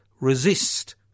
resist